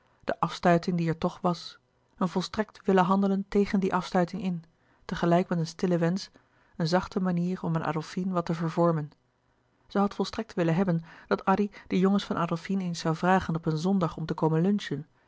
de afstuiting die er toch was een volstrekt willen handelen tegen die afstuiting in tegelijk met een stille wensch een zachte manier om aan adolfine wat te vervormen zij had volstrekt willen hebben dat addy de jongens van adolfine eens zoû vragen op een zondag om te komen lunchen